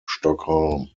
stockholm